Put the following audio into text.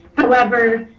however,